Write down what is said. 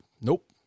Nope